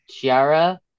Chiara